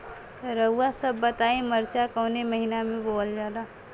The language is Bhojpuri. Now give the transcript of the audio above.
रउआ सभ बताई मरचा कवने महीना में बोवल जाला?